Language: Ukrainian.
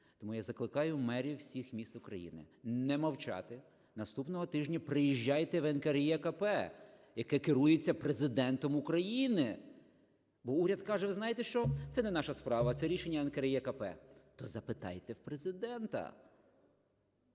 Тому я закликаю мерів всіх міст України не мовчати, наступного тижня приїжджайте в НКРЕКП, яке керується Президентом України. Бо уряд каже: "Ви знаєте що, це не наша справа, це рішення НКРЕКП". То запитайте в Президента.